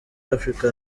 africa